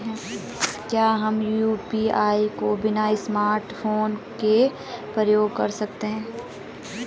क्या हम यु.पी.आई को बिना स्मार्टफ़ोन के प्रयोग कर सकते हैं?